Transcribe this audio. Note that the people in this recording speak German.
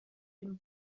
dem